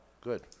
good